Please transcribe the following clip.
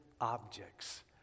objects